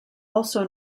also